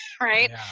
Right